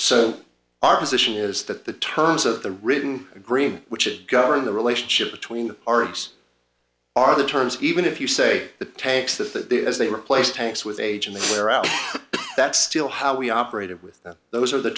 so our position is that the terms of the written agreement which it govern the relationship between args are the terms even if you say the tanks that the as they replaced tanks with age and the wear out that's still how we operated with those are the